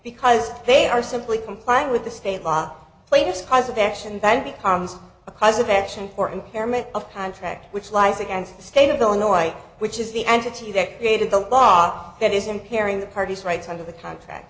because they are simply complying with the state law claims cause of action than becomes a cause of action or impairment of contract which lies against the state of illinois which is the entity that created the law that is impairing the parties rights under the contract